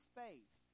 faith